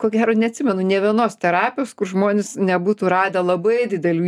ko gero neatsimenu nė vienos terapijos kur žmonės nebūtų radę labai didelių